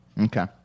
Okay